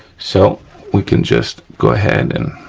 so we can just go ahead and